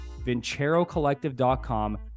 VinceroCollective.com